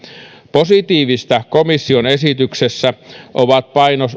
positiivista komission esityksessä ovat